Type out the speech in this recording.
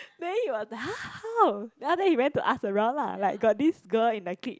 then he was like !huh! how then after that he went to ask around lah like got this girl in the clique